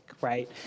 right